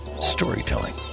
storytelling